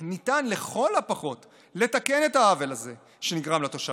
ניתן לכל הפחות לתקן את העוול הזה שנגרם לתושבים.